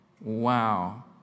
Wow